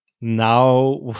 now